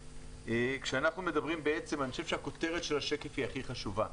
אני חושב שהכותרת של השקף הבא היא הכי חשובה.